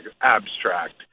abstract